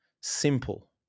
simple